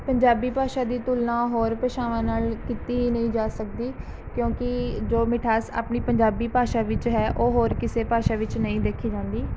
ਪੰਜਾਬੀ ਭਾਸ਼ਾ ਦੀ ਤੁਲਨਾ ਹੋਰ ਭਾਸ਼ਾਵਾਂ ਨਾਲ਼ ਕੀਤੀ ਹੀ ਨਹੀਂ ਜਾ ਸਕਦੀ ਕਿਉਂਕਿ ਜੋ ਮਿਠਾਸ ਆਪਣੀ ਪੰਜਾਬੀ ਭਾਸ਼ਾ ਵਿੱਚ ਹੈ ਉਹ ਹੋਰ ਕਿਸੇ ਭਾਸ਼ਾ ਵਿੱਚ ਨਹੀਂ ਦੇਖੀ ਜਾਂਦੀ